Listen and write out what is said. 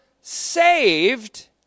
saved